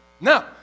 Now